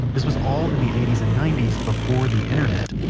this was all in the eighty s and ninety s before the internet.